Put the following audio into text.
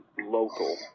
local